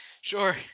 sure